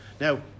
Now